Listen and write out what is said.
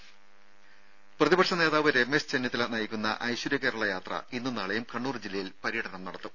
രംഭ പ്രതിപക്ഷ നേതാവ് രമേശ് ചെന്നിത്തല നയിക്കുന്ന ഐശ്വര്യ കേരള യാത്ര ഇന്നും നാളെയും കണ്ണൂർ ജില്ലയിൽ പര്യടനം നടത്തും